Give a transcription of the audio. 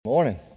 Morning